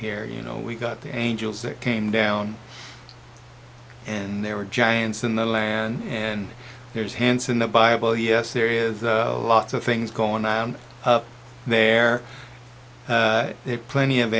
here you know we got the angels that came down and there were giants in the land and there's hands in the bible yes there is lots of things going on there are plenty of